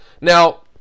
Now